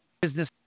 business